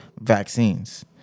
vaccines